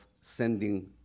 sending